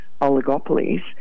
oligopolies